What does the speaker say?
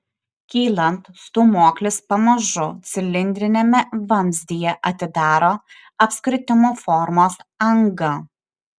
kylant stūmoklis pamažu cilindriniame vamzdyje atidaro apskritimo formos angą